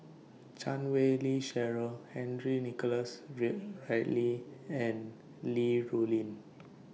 Chan Wei Ling Cheryl Henry Nicholas and Li Rulin